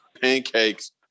pancakes